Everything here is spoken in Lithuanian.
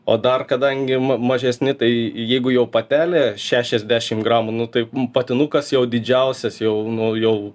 o dar kadangi ma mažesni tai jeigu jau patelė šešiasdešim gramų nu tai patinukas jau didžiausias jau nu jau